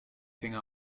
finger